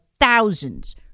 thousands